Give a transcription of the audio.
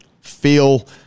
feel